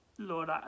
Lord